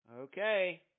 Okay